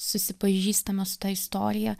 susipažįstama su ta istorija